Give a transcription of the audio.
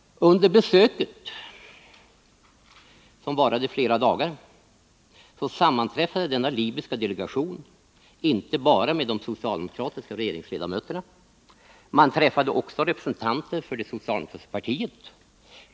Under besöket, som varade i flera dagar, sammanträffade den libyska delegationen inte bara med de socialdemokratiska regeringsledamöterna. Man träffade också representanter för det socialdemokratiska partiet.